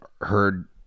heard